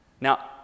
Now